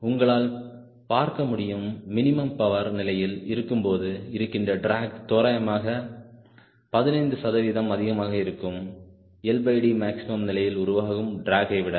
உங்களால் பார்க்க முடியும் மினிமம் பவர் நிலையில் இருக்கும்போது இருக்கின்ற டிராக் தோராயமாக 15 சதவீதம் அதிகமாக இருக்கும் LDமேக்ஸிமம் நிலையில் உருவாகும் டிராகை விட